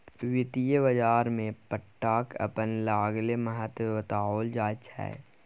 वित्तीय बाजारमे पट्टाक अपन अलगे महत्व बताओल जाइत छै